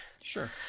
Sure